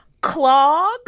clog